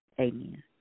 Amen